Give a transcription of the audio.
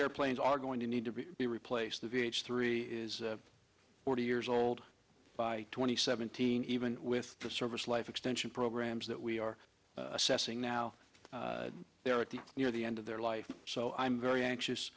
airplanes are going to need to be replaced the v h three is forty years old by twenty seventeen even with the service life extension programs that we are assessing now there at the near the end of their life so i'm very anxious